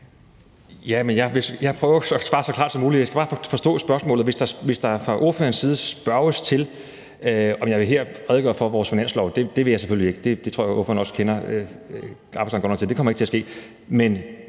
Jeg prøver at svare så klart som muligt. Jeg skal bare forstå spørgsmålet. Hvis der fra ordførerens side spørges til, om jeg her vil redegøre for vores finanslovsforslag, så vil jeg selvfølgelig ikke det. Jeg tror også, at ordføreren kender arbejdsgangen godt nok til at vide,